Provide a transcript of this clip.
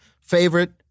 Favorite